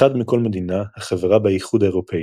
אחד מכל מדינה החברה באיחוד האירופי,